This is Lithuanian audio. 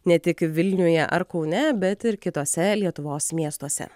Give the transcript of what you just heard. ne tik vilniuje ar kaune bet ir kituose lietuvos miestuose